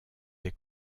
des